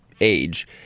age